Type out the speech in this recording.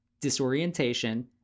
disorientation